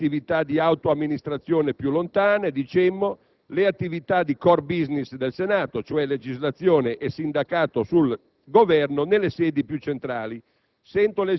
le attività di autoamministrazione più lontane, dicemmo, e le attività di *core business* del Senato, cioè legislazione e sindacato sul Governo, nelle sedi più centrali.